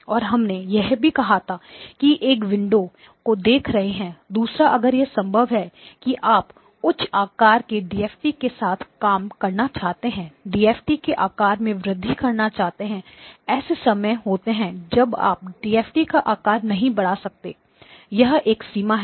और हमने यह भी कहा कि एक विंडो को देख रहे है दूसरा अगर यह संभव है कि आप उच्च आकार के डीएफटी के साथ काम करना चाहते हैं डीएफटी के आकार में वृद्धि करना चाहते हैं ऐसे समय होते हैं जब आप डीएफटी का आकार नहीं बढ़ा सकते हैं यह एक सीमा है